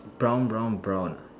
brown brown brown ah